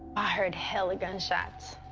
i heard hella gunshots.